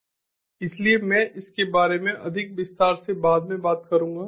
इसलिए मैं इसके बारे में अधिक विस्तार से बाद में बात करूंगा